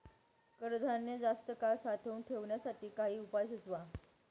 कडधान्य जास्त काळ साठवून ठेवण्यासाठी काही उपाय सुचवा?